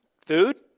Food